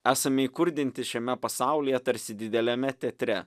esame įkurdinti šiame pasaulyje tarsi dideliame teatre